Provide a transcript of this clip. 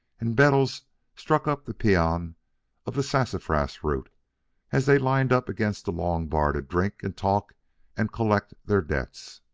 and bettles struck up the paean of the sassafras root as they lined up against the long bar to drink and talk and collect their debts.